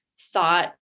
thought